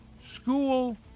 school